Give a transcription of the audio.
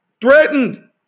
Threatened